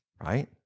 right